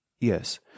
Yes